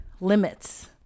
limits